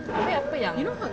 abeh apa yang